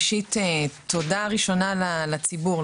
ראשית תודה ראשונה לציבור,